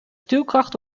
stuwkracht